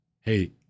hey